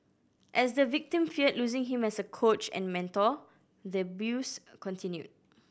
as the victim feared losing him as a coach and mentor the abuse continued